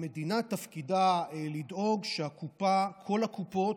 המדינה, תפקידה לדאוג שכל הקופות,